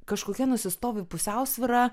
kažkokia nusistovi pusiausvyra